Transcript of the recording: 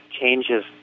changes